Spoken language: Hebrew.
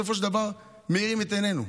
אבל בסופו של דבר הם מאירים את עינינו.